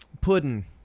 Pudding